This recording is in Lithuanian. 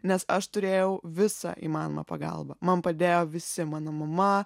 nes aš turėjau visą įmanomą pagalbą man padėjo visi mano mama